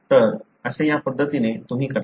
तर असे या पद्धतीने तुम्ही करता